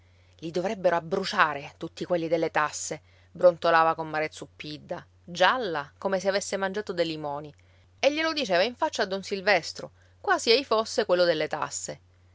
i dovrebbero abbruciare tutti quelli delle tasse brontolava comare zuppidda gialla come se avesse mangiato dei limoni e glielo diceva in faccia a don silvestro quasi ei fosse quello delle tasse